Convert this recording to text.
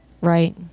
Right